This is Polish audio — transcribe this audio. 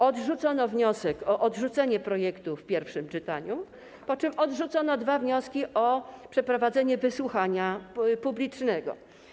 Odrzucono wniosek o odrzucenie projektu w pierwszym czytaniu, po czym odrzucono dwa wnioski o przeprowadzenie wysłuchania publicznego.